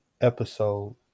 episode